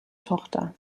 tochter